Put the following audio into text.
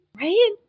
Right